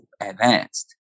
advanced